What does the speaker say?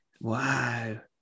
Wow